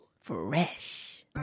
Fresh